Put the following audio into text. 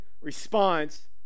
response